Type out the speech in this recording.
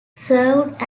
served